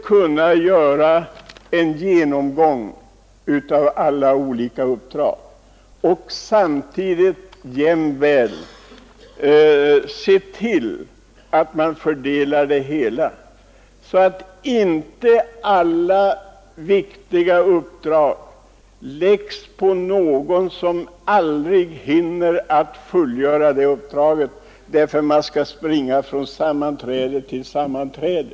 Samtidigt borde Kungl. Maj:t se till att det politiska mångsyssleriet det politiska mångsyssleriet man fördelar det hela så, att inte alla viktiga uppdrag läggs på en och samma person som aldrig hinner fullgöra dem, därför att han måste springa från sammanträde till sammanträde.